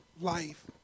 life